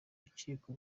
urukiko